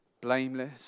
blameless